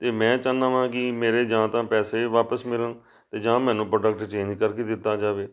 ਅਤੇ ਮੈਂ ਚਾਹੁੰਦਾ ਹਾਂ ਕਿ ਮੇਰੇ ਜਾਂ ਤਾਂ ਪੈਸੇ ਵਾਪਸ ਮਿਲਣ ਅਤੇ ਜਾਂ ਮੈਨੂੰ ਪ੍ਰੋਡੈਕਟ ਚੇਂਜ ਕਰਕੇ ਦਿੱਤਾ ਜਾਵੇ